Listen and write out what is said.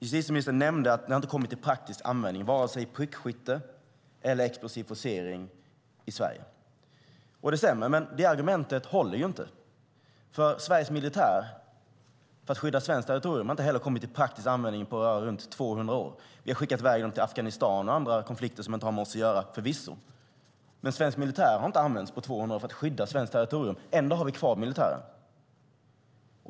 Justitieministern nämnde att varken prickskytte eller explosiv forcering kommit till praktisk användning i Sverige. Det stämmer, men det argumentet håller inte. Sveriges militär har heller inte kommit till praktisk användning för att skydda svenskt territorium på runt 200 år. Vi har förvisso skickat i väg den till Afghanistan och andra konflikter som inte ha med oss att göra. Men svensk militär har inte använts på 200 år för att skydda svenskt territorium. Ändå har vi kvar militären.